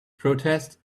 protest